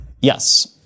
Yes